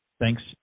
Thanks